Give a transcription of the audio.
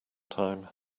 time